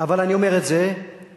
אבל אני אומר את זה כאוהב.